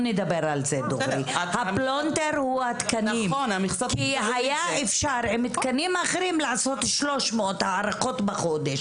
כי היה אפשר עם תקנים אחרים לעשות 300 הערכות בחודש.